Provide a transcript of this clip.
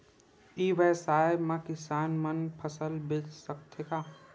ई व्यवसाय म किसान मन फसल बेच सकथे का?